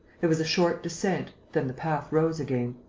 there was a short descent then the path rose again.